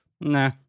nah